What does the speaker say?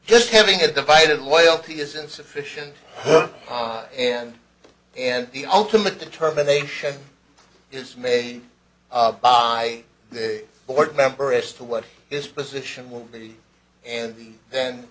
just having a divided loyalty is insufficient and and the ultimate determination is made by the board member as to what his position will be and then